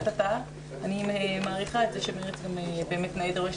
אני מעריכה את זה שמרצ הם נאה דורש,